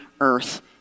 earth